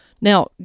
Now